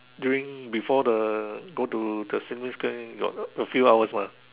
during before the go to the Sim-Lim-Square got a few hours mah